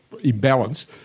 imbalance